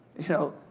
you know,